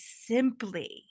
simply